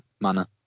manner